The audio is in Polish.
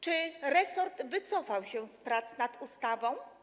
Czy resort wycofał się z prac nad ustawą?